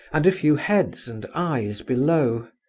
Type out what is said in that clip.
and a few heads and eyes below.